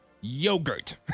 Yogurt